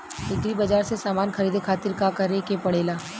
Agri बाज़ार से समान ख़रीदे खातिर का करे के पड़ेला?